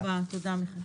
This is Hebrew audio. תודה רבה, תודה מיכאל.